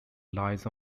lies